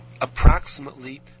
approximately